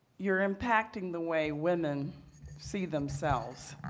you're impacting the way women see themselves,